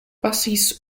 pasis